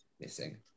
missing